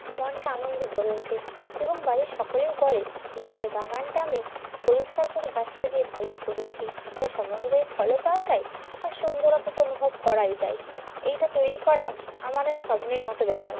মনটা আনন্দে ভরে ওঠে এবং বাড়ির সকলেই বলে এই যে বাগানটা আমি পরিষ্কার করে গাছ লাগিয়ে ভালোই করেছি তাই সময় অনুযায়ী ফলও পাওয়া যায় আর সুন্দরত্ব তো অনুভব করাই যায় এইটা তৈরি করা আমার এক স্বপ্নের মতো ব্যাপার